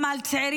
גם על צעירים,